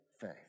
faith